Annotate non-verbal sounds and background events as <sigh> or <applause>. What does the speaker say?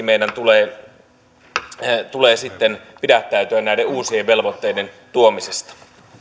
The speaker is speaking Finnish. <unintelligible> meidän tulee myöskin sitten pidättäytyä näiden uusien velvoitteiden tuomisesta